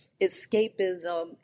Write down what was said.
escapism